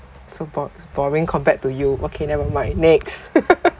so bo~ boring compared to you okay never mind next